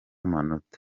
amanota